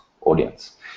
audience